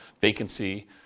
vacancy